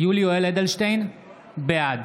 יולי יואל אדלשטיין, בעד